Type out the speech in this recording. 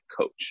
coach